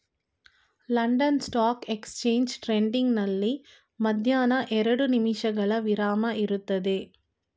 London stock exchange trading ನಲ್ಲಿ ಮಧ್ಯಾಹ್ನ ಎರಡು ನಿಮಿಷಗಳ ವಿರಾಮ ಇರುತ್ತದೆ